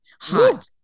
hot